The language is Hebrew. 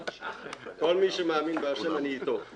מי שמאמין בהשם אני אתו.